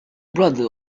brother